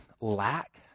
lack